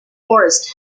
forest